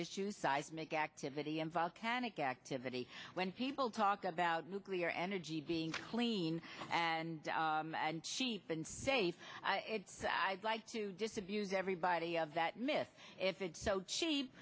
issues seismic activity and volcanic activity when people talk about nuclear energy being clean and cheap and safe so i'd like to disabuse everybody of that myth if it's so cheap